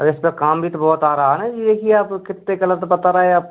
अरे इसका काम भी तो बहुत आ रहा है ना यह कि आप कितने गलत बता रहे आप